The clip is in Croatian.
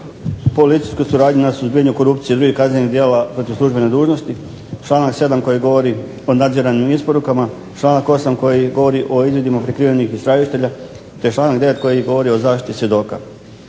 policijskoj suradnji na suzbijanju korupcije i drugih kaznenih djela protiv službene dužnosti, članak 7. koji govori o nadziranju i isporukama, članak 8. koji govori o izvidima prikrivenih istražitelja te članak 9. koji govori o zaštiti svjedoka.